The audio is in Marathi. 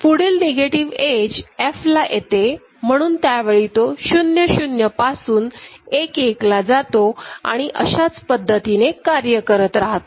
पुढील निगेटिव्ह एज F ला येते म्हणून त्यावेळी तो 00 पासून 11 ला जातो आणि अशाच पद्धतीने कार्य करत राहतो